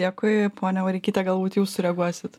dėkui ponia vareikyte galbūt jūs sureaguosit